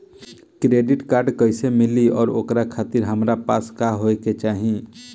Credit card कैसे मिली और ओकरा खातिर हमरा पास का होए के चाहि?